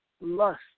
lust